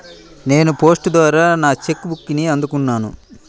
నేను పోస్ట్ ద్వారా నా చెక్ బుక్ని అందుకున్నాను